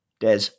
Des